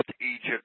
Egypt